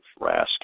Rask